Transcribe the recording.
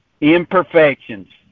imperfections